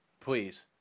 Please